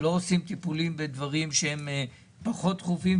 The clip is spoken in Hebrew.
שלא עושים טיפולים בדברים שהם פחות דחופים,